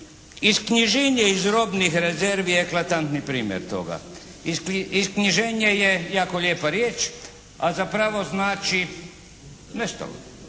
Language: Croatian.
Isknjiženje iz robnih rezervi je eklatantni primjer toga. Isknjiženje je jako lijepa riječ a zapravo znači nestalo.